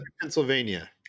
Pennsylvania